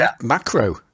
macro